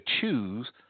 choose